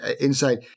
inside